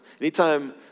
Anytime